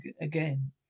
again